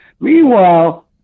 Meanwhile